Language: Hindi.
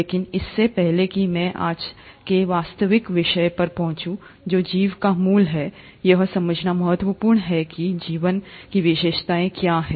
लेकिन इससे पहले कि मैं आज के वास्तविक विषय पर पहुंचूं जो जीवन का मूल है यह समझना महत्वपूर्ण है कि जीवन की विशेषताएं क्या हैं